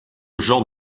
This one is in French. genre